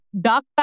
dark